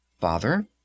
Father